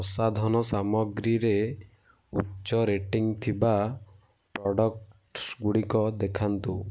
ପ୍ରସାଧନ ସାମଗ୍ରୀରେ ଉଚ୍ଚ ରେଟିଂ ଥିବା ପ୍ରଡ଼କ୍ଟ୍ଗୁଡ଼ିକ ଦେଖାନ୍ତୁ